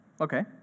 okay